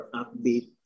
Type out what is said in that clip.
upbeat